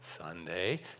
Sunday